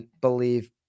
believe